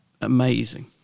amazing